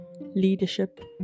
leadership